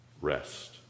rest